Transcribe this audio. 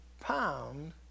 pound